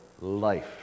life